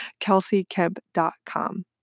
kelseykemp.com